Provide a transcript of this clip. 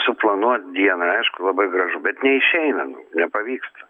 suplanuot dieną aišku labai gražu bet neišeina nu nepavyksta